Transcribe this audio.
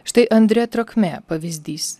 štai andrė trakmė pavyzdys